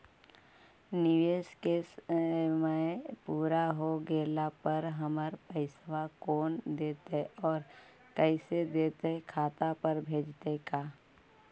निवेश के समय पुरा हो गेला पर हमर पैसबा कोन देतै और कैसे देतै खाता पर भेजतै का?